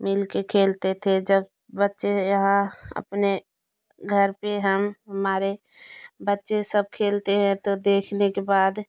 मिलके खेलते थे जब बच्चे यहाँ अपने घर पर हम हमारे बच्चे सब खेलते हैं तो देखने के बाद